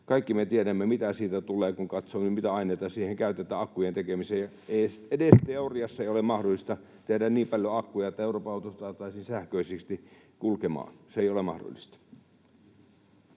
kaikki me tiedämme, mitä siitä tulee, kun katsoo, mitä aineita siihen akkujen tekemiseen käytetään. Edes teoriassa ei ole mahdollista tehdä niin paljon akkuja, että Euroopan autot saataisiin sähköisesti kulkemaan. Se ei ole mahdollista.